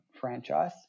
franchise